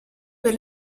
per